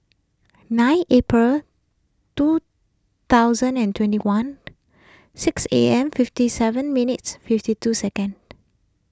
nine April two thousand and twenty one six A M fifty seven minutes fifty two second